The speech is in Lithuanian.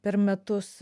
per metus